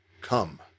Come